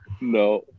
no